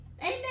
Amen